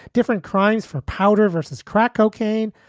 different crimes for powder versus crack cocaine,